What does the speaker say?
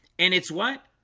and it's what?